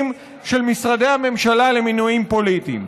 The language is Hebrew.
של משרדי הממשלה למינויים פוליטיים.